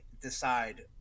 decide-